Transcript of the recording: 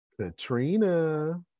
Katrina